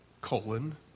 colon